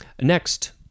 Next